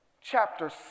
Chapter